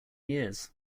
years